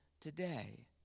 today